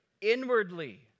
inwardly